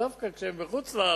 דווקא כשהם בחוץ-לארץ